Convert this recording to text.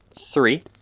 Three